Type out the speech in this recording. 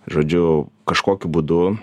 žodžiu kažkokiu būdu